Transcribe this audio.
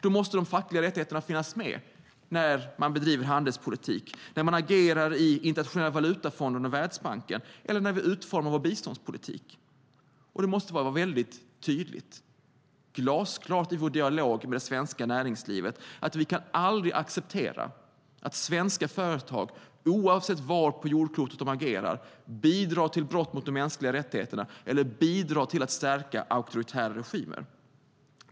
Då måste de fackliga rättigheterna finnas med när man bedriver handelspolitik, när man agerar i Internationella valutafonden och Världsbanken eller när vi utformar vår biståndspolitik. Vi måste vara väldigt tydliga, glasklara, i vår dialog med det svenska näringslivet. Vi kan aldrig acceptera att svenska företag, oavsett var på jordklotet de agerar, bidrar till brott mot de mänskliga rättigheterna eller till att stärka auktoritära regimer.